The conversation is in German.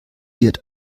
wird